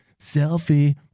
Selfie